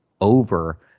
over